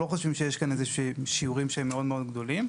כאן שיעורים מאוד גדולים.